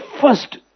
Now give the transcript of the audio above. first